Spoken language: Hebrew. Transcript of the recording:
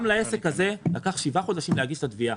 גם לעסק הזה לקח שבעה חודשים להגיש את התביעה,